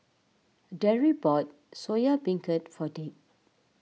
Darrick bought Soya Beancurd for Dick